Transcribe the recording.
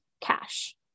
cash